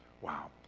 Wow